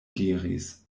diris